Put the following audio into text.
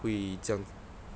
会这样